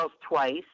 twice